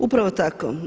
Upravo tako.